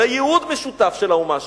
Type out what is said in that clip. אלא ייעוד משותף של האומה שלנו,